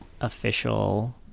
official